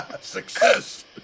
Success